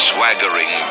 Swaggering